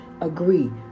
agree